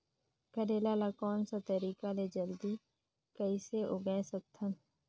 करेला ला कोन सा तरीका ले जल्दी कइसे उगाय सकथन?